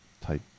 type